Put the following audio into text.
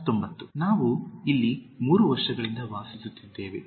19 ನಾವು ಇಲ್ಲಿ ಮೂರು ವರ್ಷಗಳಿಂದ ವಾಸಿಸುತ್ತಿದ್ದೇವೆ